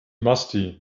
musty